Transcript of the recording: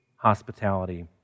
Hospitality